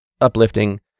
uplifting